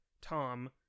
Tom